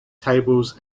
tables